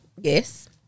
yes